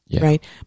right